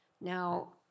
Now